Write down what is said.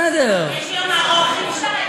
מה ארוך?